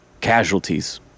casualties